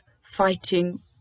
fighting